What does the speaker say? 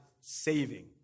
saving